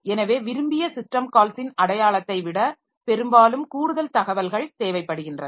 எனவே விரும்பிய சிஸ்டம் கால்ஸின் அடையாளத்தை விட பெரும்பாலும் கூடுதல் தகவல்கள் தேவைப்படுகின்றன